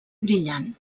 brillant